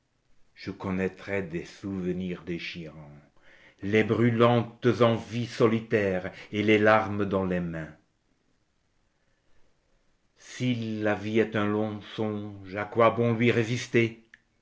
je connaîtrai les souvenirs déchirants les brûlantes envies solitaires et les larmes dans les mains si la vie est un long songe